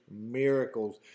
miracles